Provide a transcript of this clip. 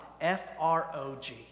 F-R-O-G